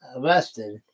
arrested